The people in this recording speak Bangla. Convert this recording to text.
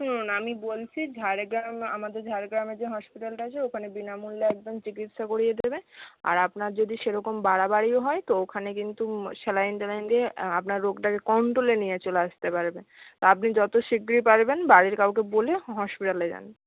শুনুন আমি বলছি ঝাড়গ্রাম আমাদের ঝাড়গ্রামে যে হসপিটালটা আছে ওখানে বিনামূল্যে একদম চিকিৎসা করিয়ে দেবে আর আপনার যদি সেরকম বাড়াবাড়িও হয় তো ওখানে কিন্তু স্যালাইন ট্যালাইন দিয়ে আপনার রোগটাকে কন্ট্রোলে নিয়ে চলে আসতে পারবে তা আপনি যত শিগগিরি পারবেন বাড়ির কাউকে বলে হসপিটালে যান